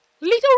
Little